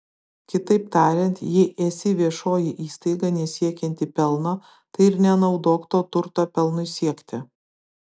kitaip tariant jei esi viešoji įstaiga nesiekianti pelno tai ir nenaudok to turto pelnui siekti